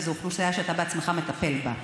כי זו אוכלוסייה שאתה בעצמך מטפל בה.